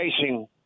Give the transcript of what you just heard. facing